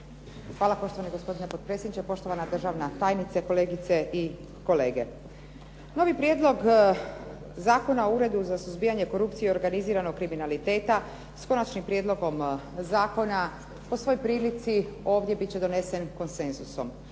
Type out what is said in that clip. Hvala. Poštovani gospodine potpredsjedniče, poštovana državna tajnice, kolegice i kolege. Novi Prijedlog zakona o Uredu za suzbijanje korupcije i organiziranog kriminaliteta s konačnim prijedlogom zakona po svoj prilici ovdje bit će donesen konsenzusom.